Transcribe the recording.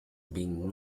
been